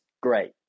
great